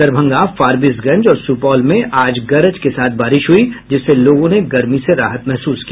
दरभंगा फरबिसगंज और सुपौल में आज गरज के साथ बारिश हुई जिससे लोगों ने गर्मी से राहत महसूस की